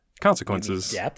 consequences